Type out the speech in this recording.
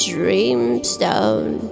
Dreamstone